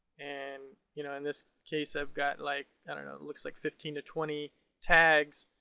and you know in this case i got like, i don't know, it looks like fifteen to twenty tags.